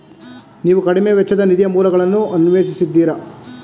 ನೀವು ಕಡಿಮೆ ವೆಚ್ಚದ ನಿಧಿಯ ಮೂಲಗಳನ್ನು ಅನ್ವೇಷಿಸಿದ್ದೀರಾ?